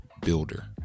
builder